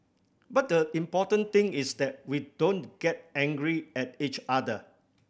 but the important thing is that we don't get angry at each other